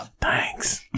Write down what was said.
Thanks